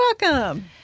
welcome